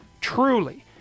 truly